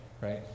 right